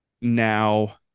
Now